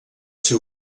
ser